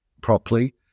properly